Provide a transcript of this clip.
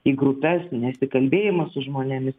į grupes nesikalbėjimas su žmonėmis